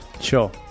Sure